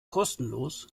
kostenlos